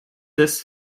this